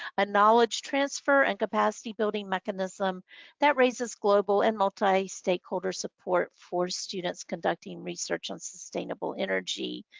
a knowledge transfer and capacity building mechanism that raises global and multi stakeholder support for students conducting research on sustainable energy,